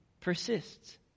persists